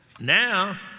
now